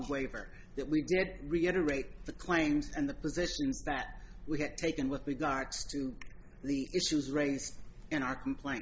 waiver that we did reiterate the claims and the position that we had taken with regards to the issues raised in our complain